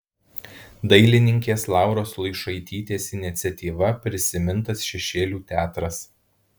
dailininkės lauros luišaitytės iniciatyva prisimintas šešėlių teatras